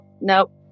nope